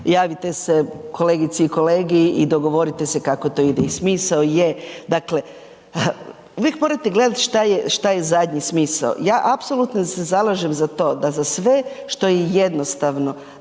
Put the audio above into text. Javite se kolegici i kolegi i dogovorite se kako to ide. I smisao je dakle, uvijek morate gledati što je zadnji smisao. Ja apsolutno se zalažem za to da za sve što je jednostavno